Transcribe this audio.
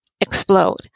explode